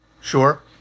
sure